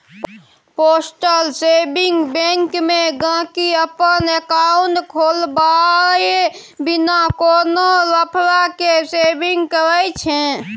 postal saving bank मे गांहिकी अपन एकांउट खोलबाए बिना कोनो लफड़ा केँ सेविंग करय छै